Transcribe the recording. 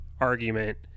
argument